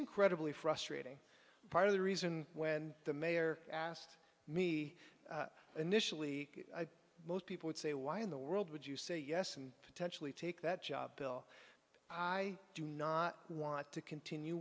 incredibly frustrating part of the reason when the mayor asked me initially most people would say why in the world would you say yes and potentially take that job bill i do not want to continue